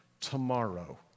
tomorrow